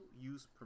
use